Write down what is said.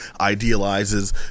idealizes